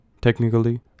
technically